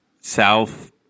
south